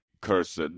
cursed